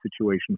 situation